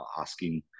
asking